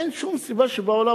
אין שום סיבה שבעולם.